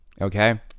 Okay